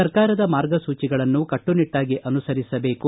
ಸರ್ಕಾರದ ಮಾರ್ಗಸೂಚಿಗಳನ್ನು ಕಟ್ಟುನಿಟ್ಟಾಗಿ ಅನುಸರಿಸಬೇಕು